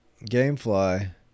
Gamefly